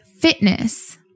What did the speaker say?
fitness